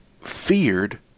feared